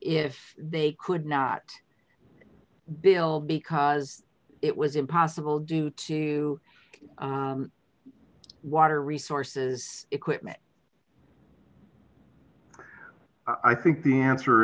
if they could not build because it was impossible due to water resources equipment i think the answer